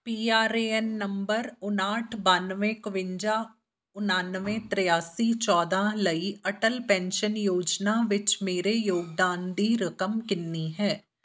P R A N ਨੰਬਰ ਉਣਾਹਠ ਬਾਨਵੇਂ ਇਕਵੰਜਾ ਉਣਾਨਵੇਂ ਤ੍ਰਿਆਸੀ ਚੌਦ੍ਹਾਂ ਲਈ ਅਟਲ ਪੈਨਸ਼ਨ ਯੋਜਨਾ ਵਿੱਚ ਮੇਰੇ ਯੋਗਦਾਨ ਦੀ ਰਕਮ ਕਿੰਨੀ ਹੈ